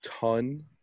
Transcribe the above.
ton